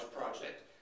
project